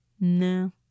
no